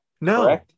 no